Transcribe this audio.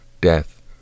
death